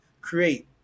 create